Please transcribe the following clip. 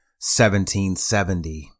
1770